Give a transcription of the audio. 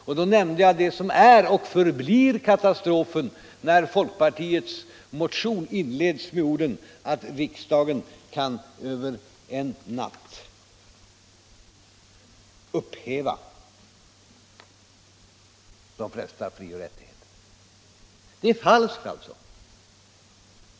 Och då nämnde jag vad som är och förblir katastrofen när folkpartiets motion inleds med orden att riksdagen kan över en natt upphäva de flesta frioch rättigheter. Det är falskt!